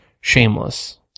shameless